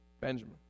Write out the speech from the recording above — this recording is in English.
Benjamin